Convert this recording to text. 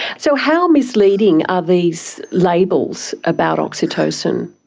so how misleading are these labels about oxytocin?